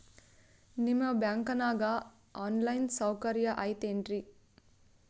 ನಿಮ್ಮ ಬ್ಯಾಂಕನಾಗ online ಸೌಕರ್ಯ ಐತೇನ್ರಿ?